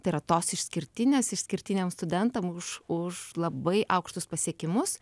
tai yra tos išskirtinės išskirtiniam studentam už už labai aukštus pasiekimus